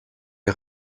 est